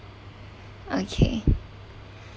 okay